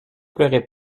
pleurez